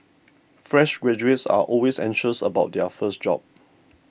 fresh graduates are always anxious about their first job